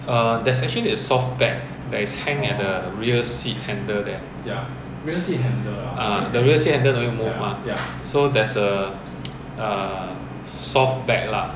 err there is actually a soft bag that is hang at the rear seat handle there ah the rear seat no need to move mah so there's a soft bag lah